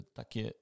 takie